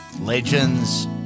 Legends